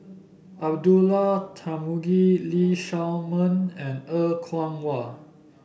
Abdullah Tarmugi Lee Shao Meng and Er Kwong Wah